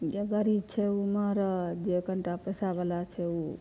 जे गरीब छै ओ नहि जे तनी टा पैसा बला छै ओ